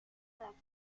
fast